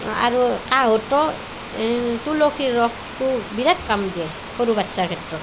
আৰু কাহতো তুলসীৰ ৰসটো বিৰাট কাম দিয়ে সৰু বাচ্ছাৰ ক্ষেত্ৰত